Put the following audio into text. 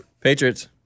Patriots